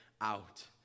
out